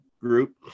group